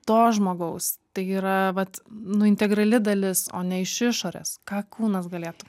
to žmogaus tai yra vat nu integrali dalis o ne iš išorės ką kūnas galėtų